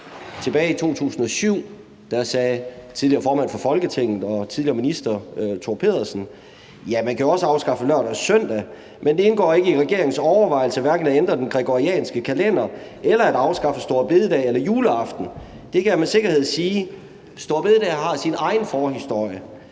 Tilbage i 2007 sagde tidligere formand for Folketinget og tidligere minister Thor Pedersen: Ja, man kan jo også afskaffe lørdag og søndag, men det indgår ikke i regeringens overvejelser hverken at ændre den gregorianske kalender eller at afskaffe store bededag eller juleaften. Det kan jeg med sikkerhed sige. Store bededag har sin egen forhistorie.